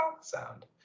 sound